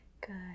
Good